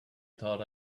thought